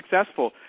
successful